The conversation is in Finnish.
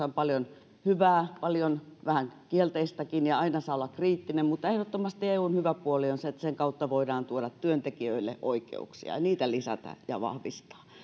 on paljon hyvää vähän kielteistäkin ja aina saa olla kriittinen mutta ehdottomasti eun hyvä puoli on se että sen kautta voidaan tuoda työntekijöille oikeuksia niitä lisätä ja vahvistaa